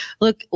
Look